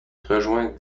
rejoint